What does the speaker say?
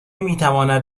میتواند